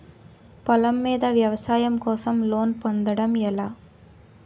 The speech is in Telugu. పొలం మీద వ్యవసాయం కోసం లోన్ పొందటం ఎలా?